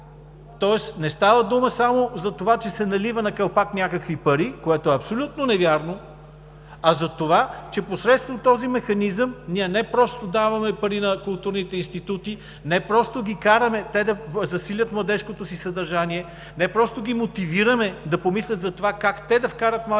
тоест не става дума само за това, че се наливат на калпак някакви пари – което е абсолютно невярно, а за това, че посредством този механизъм ние не просто даваме пари на културните институти, не просто ги караме те да засилят младежкото си съдържание, не просто ги мотивираме да помислят за това как те да вкарат младите хора в България